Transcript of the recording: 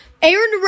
Aaron